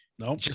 No